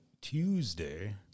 Tuesday